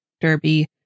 Derby